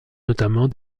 notamment